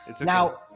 Now